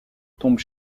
tombes